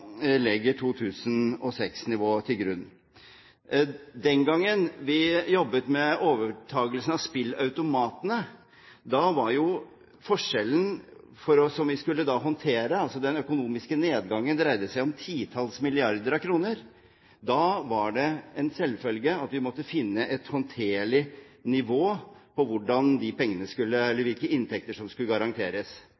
legger 2006-nivået til grunn. Den gangen vi jobbet med overtakelse av spilleautomatene, dreide den økonomiske nedgangen som vi skulle håndtere, seg om forskjeller på titalls milliarder av kroner, og det var en selvfølge at vi måtte finne et håndterlig nivå for hvilke inntekter som skulle